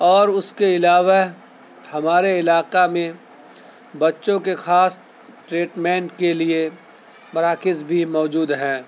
اور اس کے علاوہ ہمارے علاقہ میں بچوں کے خاص ٹریٹمنٹ کے لیے مراکز بھی موجود ہیں